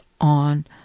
on